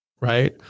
right